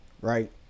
right